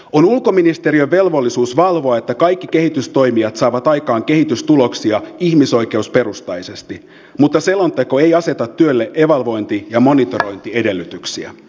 on ulkoministeriön velvollisuus valvoa että kaikki kehitystoimijat saavat aikaan kehitystuloksia ihmisoikeusperustaisesti mutta selonteko ei aseta työlle evaluointi ja monitorointiedellytyksiä